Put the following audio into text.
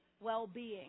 well-being